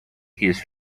his